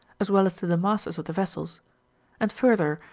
as well as to the masters of the vessels and, further,